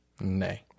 Nay